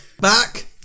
back